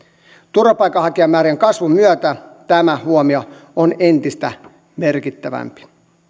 turvapaikanhakijamäärien kasvun myötä tämä huomio on entistä merkittävämpi